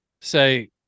say